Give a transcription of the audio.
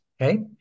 okay